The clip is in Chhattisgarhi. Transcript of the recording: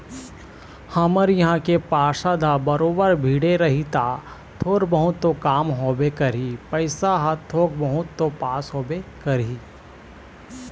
हमर इहाँ के पार्षद ह बरोबर भीड़े रही ता थोर बहुत तो काम होबे करही पइसा ह थोक बहुत तो पास होबे करही